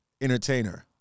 entertainer